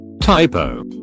Typo